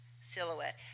silhouette